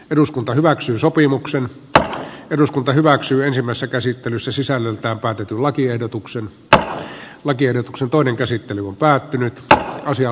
eduskunta hyväksyi sopimuksen ja eduskunta hyväksyy toisessa käsittelyssä sisällöltään päätetyn lakiehdotuksen mutta lakiehdotuksen toinen käsittely on päättynyt että lakiehdotuksesta